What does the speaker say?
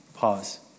Pause